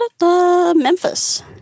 Memphis